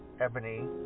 ebony